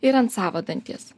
ir ant savo danties